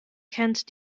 kennt